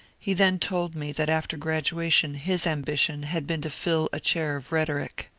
he then told me that after graduation his ambition had been to fill a chair of rhetoric.